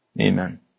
Amen